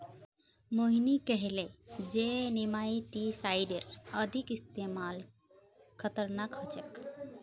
मोहिनी कहले जे नेमाटीसाइडेर अत्यधिक इस्तमाल खतरनाक ह छेक